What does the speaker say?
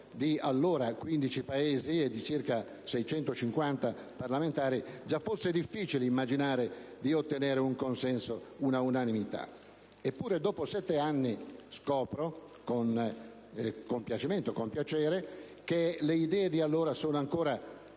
di allora, di 15 Paesi e circa 650 parlamentari, fosse difficile immaginare di ottenere un consenso unanime. Eppure, dopo sette anni, scopro con piacere che le idee di allora sono ancora